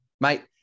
Mate